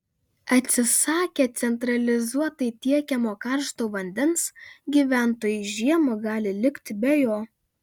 atsisakę centralizuotai tiekiamo karšto vandens gyventojai žiemą gali likti be jo